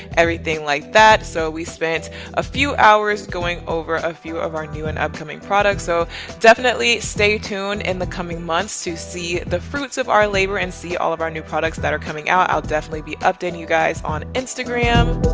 everything like that. so we spent a few hours going over a few of our new and upcoming products. so definitely stay tuned in the coming months to see the fruits of our labor, and see all of our new products that are coming out. i'll definitely be updating you guys on instagram.